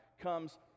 comes